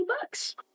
bucks